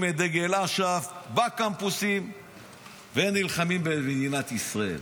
את דגל אש"ף בקמפוסים ונלחמים במדינת ישראל.